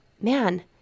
man